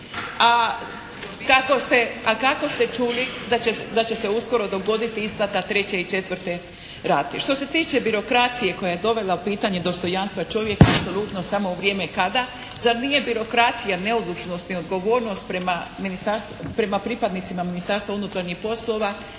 A kako ste čuli da će se uskoro dogoditi isplata treće i četvrte rate. Što se tiče birokracije koja je dovela u pitanje dostojanstva čovjeka apsolutno samo u vrijeme kada. Zar nije birokracija, neodlučnost, neodgovornost prema ministarstvima, prema pripadnicima Ministarstva unutarnjih poslova